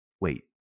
wait